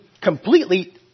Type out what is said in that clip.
completely